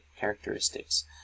characteristics